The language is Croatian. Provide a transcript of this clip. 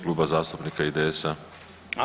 Kluba zastupnika IDS-a.